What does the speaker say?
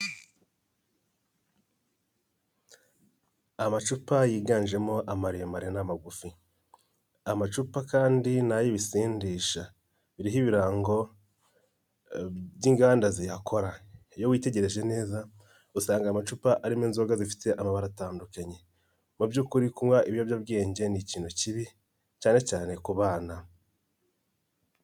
Amacupa yiganjemo amaremare n'amagufi, amacupa kandi n' ay'ibisindisha biriho ibirango by'inganda ziyakora. Iyo witegereje neza usanga aya amacupa arimo inzoga zifite amabara atandukanye. Mu by'ukuri kunywa ibiyobyabwenge ni ikintu kibi, cyane cyane ku bana.